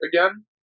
again